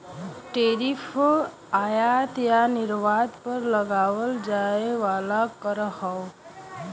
tariff आयात या निर्यात पर लगावल जाये वाला कर हौ